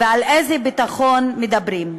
ועל איזה ביטחון מדברים?